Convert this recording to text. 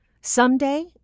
Someday